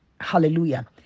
Hallelujah